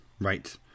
Right